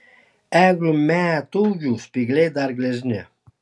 eglių metūgių spygliai dar gležni